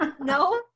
No